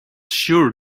sure